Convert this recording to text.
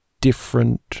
different